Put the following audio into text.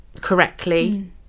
correctly